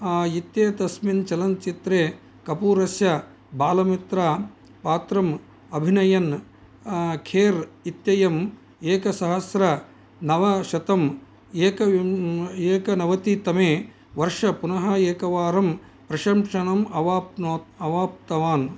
इत्येतस्मिन् चलनचित्रे कपूरस्य बालमित्रपात्रम् अभिनयन् खेर् इत्ययं एकसहस्त्रनवशतम् एकविम् एकनवतितमे वर्षे पुनः एकवारं प्रशंसनम् अवाप्नोत् अवाप्तवान्